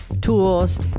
tools